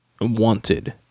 wanted